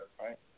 right